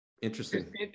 Interesting